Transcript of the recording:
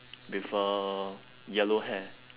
with uh yellow hair